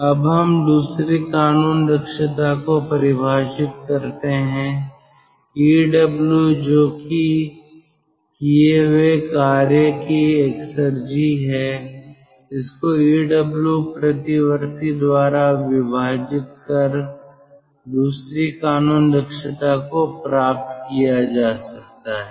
अब हम दूसरी कानून दक्षता को परिभाषित करते हैं EW जो कि किए हुए कार्य की एक्सेरजी है उसको EW प्रतिवर्ती द्वारा विभाजित कर दूसरी कानून दक्षता को प्राप्त किया जा सकता है